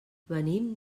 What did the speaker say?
venim